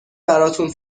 براتون